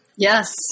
Yes